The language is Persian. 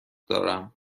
دارم